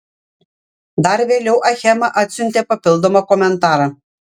dar vėliau achema atsiuntė papildomą komentarą